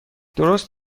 درست